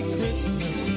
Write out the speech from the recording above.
Christmas